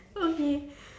okay